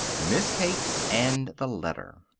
miss kate, and the letter.